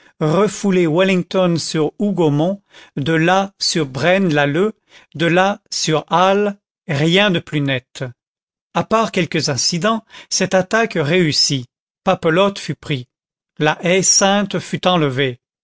refouler wellington sur hougomont de là sur braine lalleud de là sur hal rien de plus net à part quelques incidents cette attaque réussit papelotte fut pris la haie sainte fut enlevée